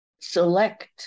select